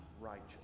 righteous